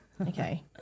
Okay